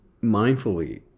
mindfully